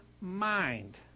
mind